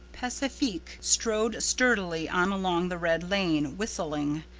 pacifique strode sturdily on along the red lane, whistling.